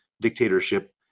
dictatorship